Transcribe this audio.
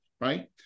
right